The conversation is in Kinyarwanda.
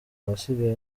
ahasigaye